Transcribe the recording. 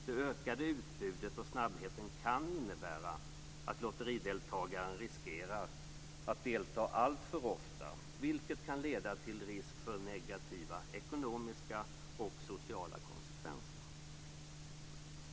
Det ökade utbudet och snabbheten kan innebära att lotterideltagaren riskerar att delta alltför ofta. Risken finns att detta får negativa ekonomiska och sociala konsekvenser.